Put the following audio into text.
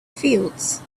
fields